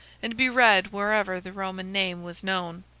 and be read wherever the roman name was known.